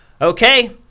Okay